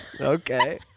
Okay